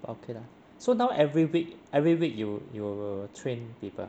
but okay lah so now every week every week you you will train people ah